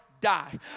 die